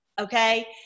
Okay